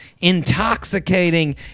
intoxicating